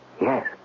Yes